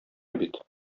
бит